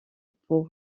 pour